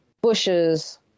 Bushes